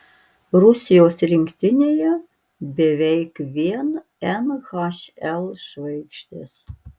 rusijos rinktinėje beveik vien nhl žvaigždės